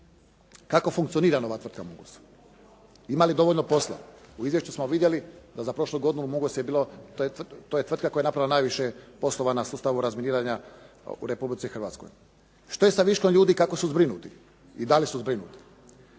Kako funkcionira nova tvrtka “Mungos“? Ima li dovoljno posla. U izvješću smo vidjeli da za prošlu godinu u “Mungosu“ je bilo, to je tvrtka koja je napravila najviše poslova na sustavu razminiranja u Republici Hrvatskoj. Što je sa viškom ljudi i kako su zbrinuti i da li su zbrinuti?